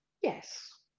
Yes